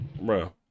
Bro